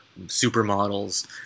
supermodels